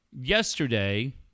Yesterday